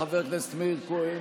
חבר הכנסת מאיר כהן,